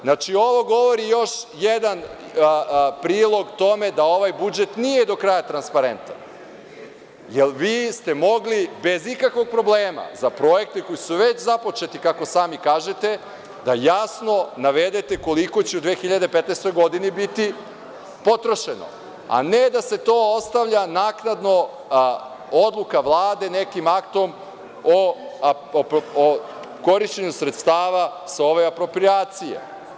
Znači, ovo govori još jedan prilog tome da ovaj budžet nije do kraja transparentan, jer vi ste mogli bez ikakvog problema za projekte koji su već započeti, kako sami kažete, da jasno navedete koliko će u 2015. godini biti potrošeno, a ne da se to ostavlja naknadno odluka Vlade nekim aktom o korišćenju sredstava sa ove aproprijacije.